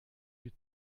die